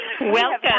Welcome